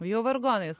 jau vargonais